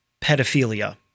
pedophilia